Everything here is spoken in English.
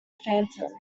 phantom